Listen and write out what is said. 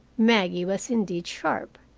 maggie was indeed sharp.